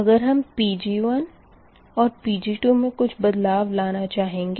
अगर हम Pg1 और Pg2 मे कुछ बदलाव लाना चाहेंगे